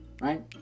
Right